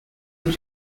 and